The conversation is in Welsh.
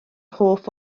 hoff